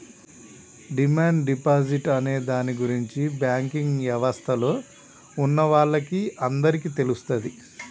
demand deposit అనే దాని గురించి బ్యాంకింగ్ యవస్థలో ఉన్నవాళ్ళకి అందరికీ తెలుస్తది